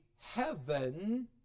heaven